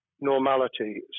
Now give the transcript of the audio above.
normality